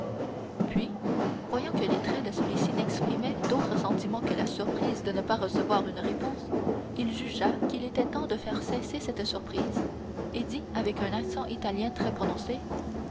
puis voyant que les traits de celui-ci n'exprimaient d'autre sentiment que la surprise de ne pas recevoir une réponse il jugea qu'il était temps de faire cesser cette surprise et dit avec un accent italien